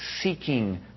Seeking